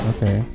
Okay